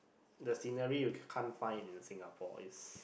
the scenery you can't find in Singapore is